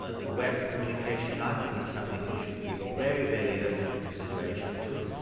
ah the web communication, i think it's something that we should give very, very urgent consideration to,